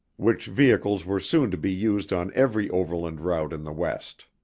which vehicles were soon to be used on every overland route in the west.